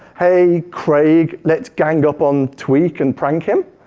hey craig, let's gang up on tweek, and prank him.